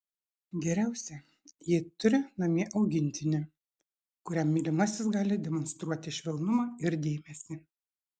geriausia jei turi namie augintinį kuriam mylimasis gali demonstruoti švelnumą ir dėmesį